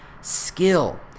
skill